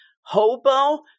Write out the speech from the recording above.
hobo